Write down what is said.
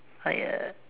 like a